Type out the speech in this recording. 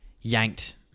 yanked